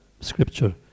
scripture